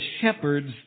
shepherds